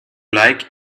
like